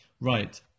Right